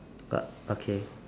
uh okay